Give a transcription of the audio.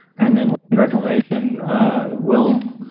and then reclamation will